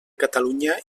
catalunya